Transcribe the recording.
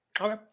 Okay